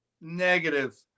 Negative